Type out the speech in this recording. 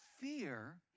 fear